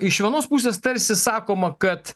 iš vienos pusės tarsi sakoma kad